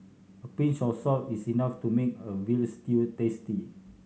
a pinch of salt is enough to make a veal stew tasty